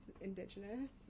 indigenous